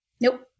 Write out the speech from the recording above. Nope